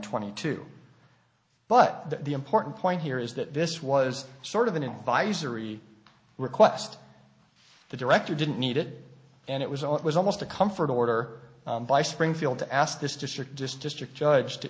twenty two but the important point here is that this was sort of an advisory request the director didn't needed and it was all it was almost a comfort order by springfield to ask this district district judge